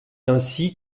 ainsi